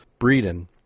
Breeden